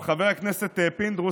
אבל חבר הכנסת פינדרוס,